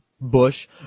Bush